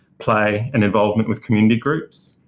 play and involvement with community groups.